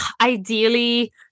ideally